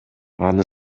аны